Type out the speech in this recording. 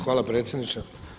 Hvala predsjedniče.